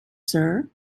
sir